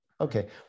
Okay